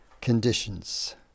conditions